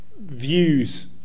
views